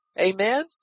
Amen